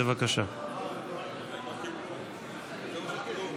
בהתאם לסעיף 31ב לחוק-יסוד: הממשלה,